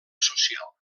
social